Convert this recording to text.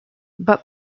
but